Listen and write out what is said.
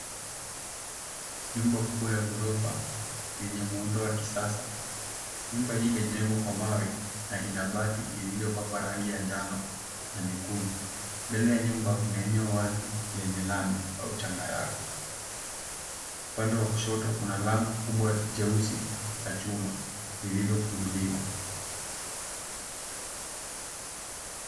Nyumba kubwa ya ghorofa yenye muundo wa kisasa .Nyumba hii imejengwa kwa mawe na ina bati lililopakwa rangi ya manjano na nyekundu. mbele ya nyumba kuna eneo wazi lenye lami au changarawe. Upande wa kushoto kuna lango kubwa jeusi la chuma lililofunguliwa.